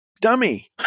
dummy